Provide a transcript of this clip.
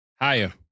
Higher